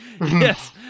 Yes